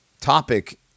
topic